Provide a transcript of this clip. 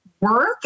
work